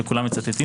שכולם מצטטים,